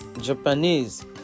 Japanese